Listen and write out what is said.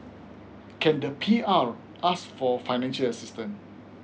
can the P_R ask for financial system